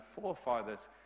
forefathers